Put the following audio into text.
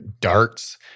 darts